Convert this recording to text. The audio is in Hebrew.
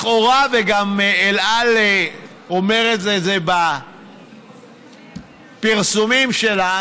לכאורה, וגם אל על אומרת את זה בפרסומים שלה